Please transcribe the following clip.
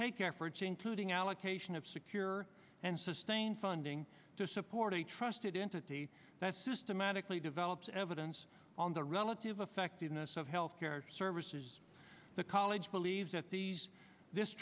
take efforts including allocation of secure and sustained funding to support a trusted into data that systematically develops evidence on the relative effectiveness of health care services the college believes that these this